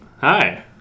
Hi